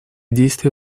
действия